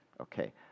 Okay